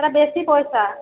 ସେଟା ବେଶି ପଇସା